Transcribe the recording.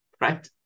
right